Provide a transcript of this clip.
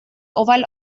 oval